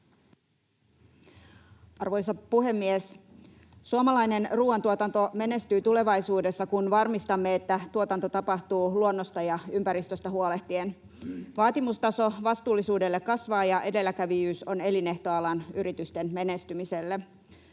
Arvoisa puhemies! Suomalainen ruuantuotanto menestyy tulevaisuudessa, kun varmistamme, että tuotanto tapahtuu luonnosta ja ympäristöstä huolehtien. Vaatimustaso vastuullisuudelle kasvaa, ja edelläkävijyys on elinehto alan yritysten menestymiselle.